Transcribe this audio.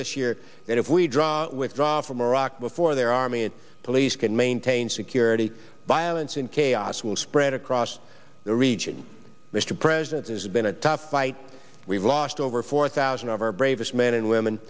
this year that if we draw withdraw from iraq before their army and police can maintain security violence and chaos will spread across the region mr president has been a tough fight we've lost over four thousand of our bravest men and women